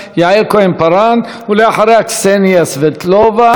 יעל כהן-פארן, ואחריה, קסניה סבטלובה.